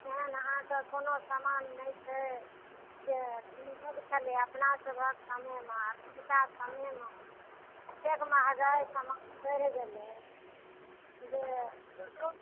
एहन अहाँकऽ कोनो समान नहि छै जे छलै अपना सभक समयमे एखुनका समयमे कतेक महगाइ समान बढ़ि गेलै जे